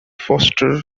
foster